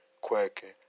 quacking